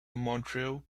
montreal